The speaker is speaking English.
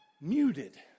muted